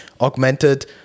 augmented